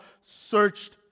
searched